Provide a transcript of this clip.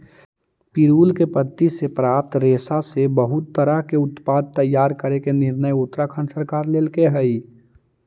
पिरुल के पत्ति से प्राप्त रेशा से बहुत तरह के उत्पाद तैयार करे के निर्णय उत्तराखण्ड सरकार लेल्के हई